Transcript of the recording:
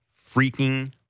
freaking